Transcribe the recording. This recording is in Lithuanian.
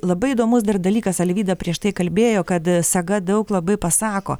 labai įdomus dar dalykas alvyda prieš tai kalbėjo kad saga daug labai pasako